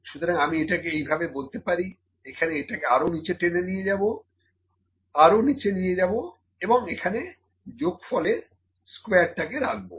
সুতরাং আমি এটাকে এইভাবে বলতে পারি এখানে এটাকে আরো নীচে টেনে নিয়ে যাবো আরো নিচে নিয়ে যাবো এবং এখানে যোগফলের স্কোয়ারটাকে রাখবো